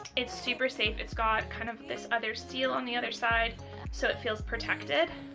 it's super safe, it's got kind of this other seal on the other side so it feels protected.